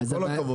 עם כל הכבוד.